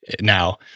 now